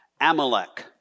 Amalek